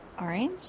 orange